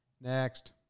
Next